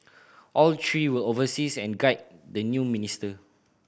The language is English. all three will oversees and guide the new minister